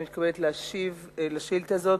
אני מתכבדת להשיב על השאילתא הזאת,